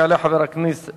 יעלה חבר הכנסת